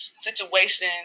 situation